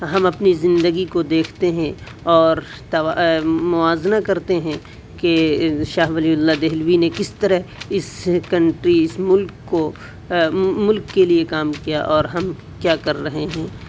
ہم اپنی زندگی کو دیکھتے ہیں اور تب موازنہ کرتے ہیں کہ شاہ ولی اللہ دہلوی نے کس طرح اس کنٹری اس ملک کو ملک کے لیے کام کیا اور ہم کیا کر رہے ہیں